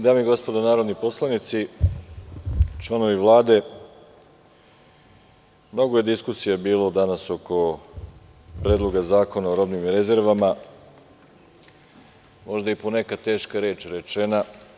Dame i gospodo narodni poslanici, članovi Vlade, mnogo je diskusije bilo danas oko Predloga zakona o robnim rezervama, možda je i neka teška reč rečena.